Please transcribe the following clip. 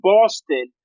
Boston